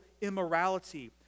immorality